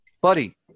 buddy